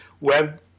web